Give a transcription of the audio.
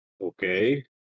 Okay